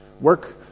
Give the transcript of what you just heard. Work